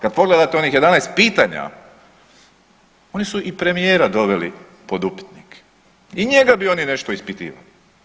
Kad pogledate onih 11 pitanja oni su i premijera doveli pod upitnik i njega bi oni nešto ispitivali.